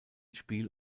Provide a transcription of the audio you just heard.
spiel